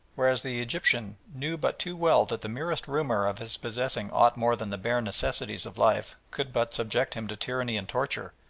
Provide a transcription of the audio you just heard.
whereas the egyptian knew but too well that the merest rumour of his possessing aught more than the bare necessaries of life could but subject him to tyranny and torture,